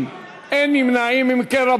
(חסיון חומר תחקיר),